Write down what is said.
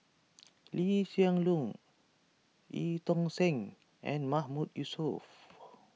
Lee Hsien Loong Eu Tong Sen and Mahmood Yusof